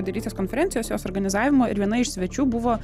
lyderystės konferencijos jos organizavimo ir viena iš svečių buvo